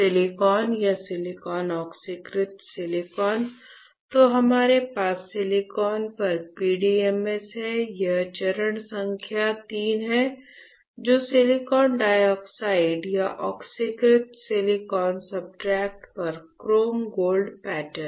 silicon या silicon ऑक्सीकृत silicon तो हमारे पास सिलिकॉन पर PDMS है यह चरण संख्या III है जो सिलिकॉन डाइऑक्साइड या ऑक्सीकृत सिलिकॉन सब्सट्रेट पर क्रोम गोल्ड पैटर्न है